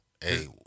hey